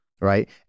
Right